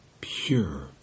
pure